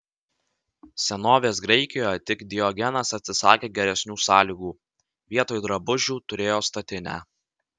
senovės graikijoje tik diogenas atsisakė geresnių sąlygų vietoj drabužių turėjo statinę